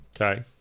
Okay